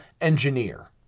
engineer